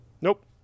Nope